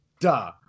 Duh